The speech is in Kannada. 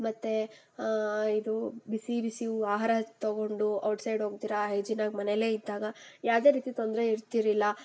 ಮತ್ತೆ ಇದು ಬಿಸಿ ಬಿಸಿ ಆಹಾರ ತಗೊಂಡು ಔಟ್ಸೈಡ್ ಹೋಗ್ದಿರ ಹೈಜಿನ್ ಆಗಿ ಮನೇಲೇ ಇದ್ದಾಗ ಯಾವುದೇ ರೀತಿ ತೊಂದರೆ ಇರ್ತಿರಲಿಲ್ಲ